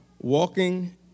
walking